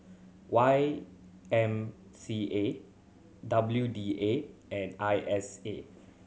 Y M C A W D A and I S A